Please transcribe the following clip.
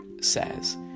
says